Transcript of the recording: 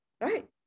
Right